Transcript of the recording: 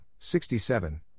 67